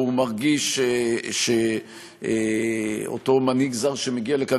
או הוא מרגיש שאותו מנהיג זר שמגיע לכאן,